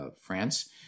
France